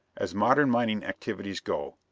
as modern mining activities go,